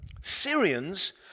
Syrians